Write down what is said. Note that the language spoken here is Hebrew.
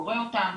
קורא אותם,